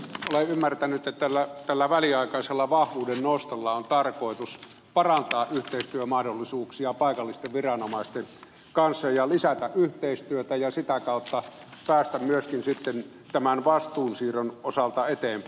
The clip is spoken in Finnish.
olen ymmärtänyt että tällä väliaikaisella vahvuuden nostolla on tarkoitus parantaa yhteistyömahdollisuuksia paikallisten viranomaisten kanssa ja lisätä yhteistyötä ja sitä kautta päästä myöskin sitten tämän vastuun siirron osalta eteenpäin